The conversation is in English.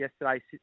yesterday